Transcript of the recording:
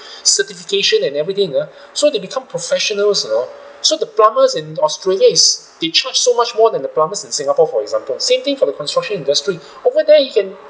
certification and everything uh so they become professionals you know so the plumbers in australia is they charge so much more than the plumbers in singapore for examples same thing for the construction industry over there you can